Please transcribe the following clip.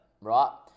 right